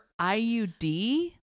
IUD